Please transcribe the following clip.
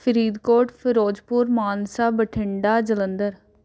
Faridkot Firozpur Mansa Bathinda Jalandhar